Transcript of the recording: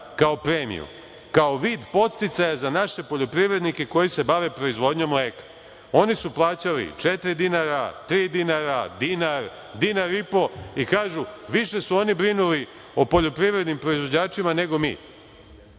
kao premiju, kao vid podsticaja za naše poljoprivrednike koji se bave proizvodnjom mleka. Oni su plaćali četiri dinara, tri dinara, dinar, dinar i po i kažu više su oni brinuli o poljoprivrednim proizvođačima nego mi.